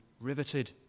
riveted